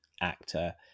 actor